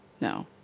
No